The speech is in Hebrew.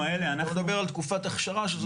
לא נדבר על תקופת הכשרה שזו תקופה שהיא מורכבת.